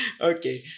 Okay